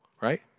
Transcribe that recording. right